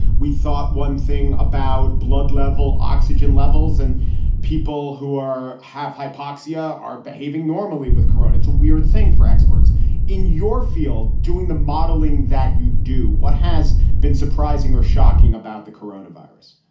we thought one thing about blood level oxygen levels and people who are have hypoxia are behaving normally with korona. it's a weird thing for experts in your field doing the modeling that you do. what has been surprising or shocking about the corona virus?